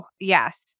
Yes